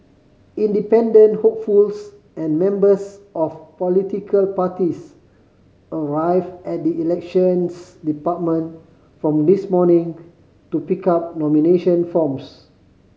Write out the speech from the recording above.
independent hopefuls and members of political parties arrived at the Elections Department from this morning to pick up nomination forms